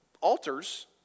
altars